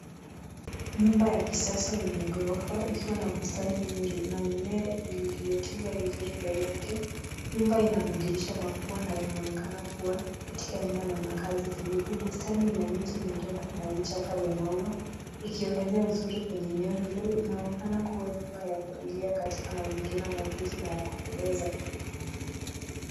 Nyumba ya kisasa yenye ghorofa ikiwa na bustani nzuri na mimea iliyotunzwa vizuri mbele yake. Nyumba ina madirisha makubwa na inaonekana kuwa katika eneo la makazi tulivu. bustani ina miti midogo na vichaka vya maua ikiongezea uzuri kwenye eneo hilo. Inaonekana kuwa nyumba ya familia katika mazingira mazuri na ya kupendeza.